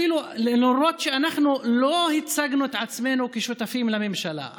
למרות שאנחנו לא הצגנו את עצמנו כשותפים לממשלה,